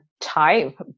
type